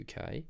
UK